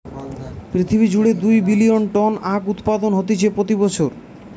পৃথিবী জুড়ে দুই বিলিয়ন টন আখউৎপাদন হতিছে প্রতি বছর